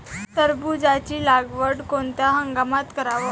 टरबूजाची लागवड कोनत्या हंगामात कराव?